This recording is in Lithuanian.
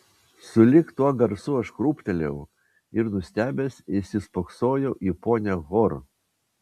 sulig tuo garsu aš krūptelėjau ir nustebęs įsispoksojau į ponią hor